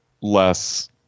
less